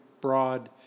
broad